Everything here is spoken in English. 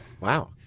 Wow